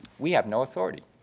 we have no authority.